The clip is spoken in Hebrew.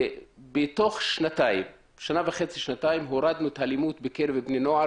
בתוך שנתיים הורדנו את האלימות בקרב בני נוער